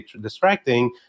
distracting